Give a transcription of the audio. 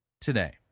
today